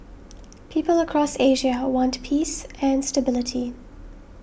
people across Asia want peace and stability